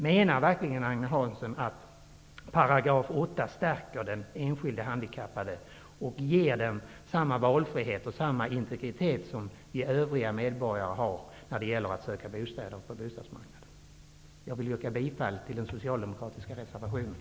Menar verkligen Agne Hansson att § 8 stärker den enskilde handikappade och ger den handikappade samma valfrihet och integritet som vi övriga medborgare har när det gäller att söka bostäder på bostadsmarknaden? Jag yrkar bifall till den socialdemokratiska reservationen.